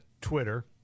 Twitter